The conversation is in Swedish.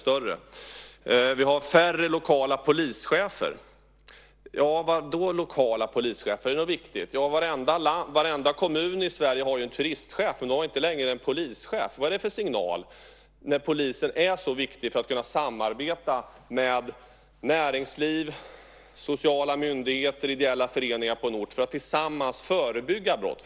Vi har färre lokala polischefer. Vadå lokala polischefer, är det något viktigt? Ja, varenda kommun i Sverige har ju en turistchef, men de har inte längre någon polischef. Vad ger det för signal när polisen är så viktig för samarbetet med näringsliv, sociala myndigheter och ideella föreningar på en ort för att tillsammans förebygga brott?